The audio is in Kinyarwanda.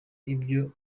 ibyo